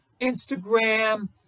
Instagram